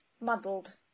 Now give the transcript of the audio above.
muddled